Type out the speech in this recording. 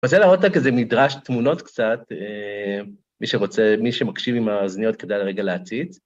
אני רוצה להראות לך כזה מדרש תמונות קצת, מי שרוצה, מי שמקשיב עם האזניות כדאי לרגע להציץ.